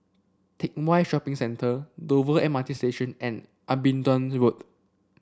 Teck Whye Shopping Centre Dover M R T Station and Abingdon Road